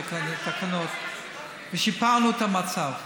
תקנות ושיפרנו את המצב.